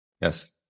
Yes